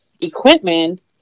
equipment